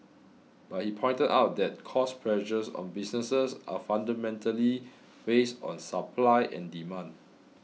but he pointed out that cost pressures on businesses are fundamentally based on supply and demand